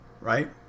Right